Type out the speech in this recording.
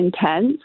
intense